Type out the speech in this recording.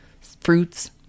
fruits